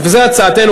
זה הצעתנו.